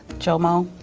jomo?